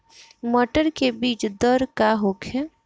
मटर के बीज दर का होखे?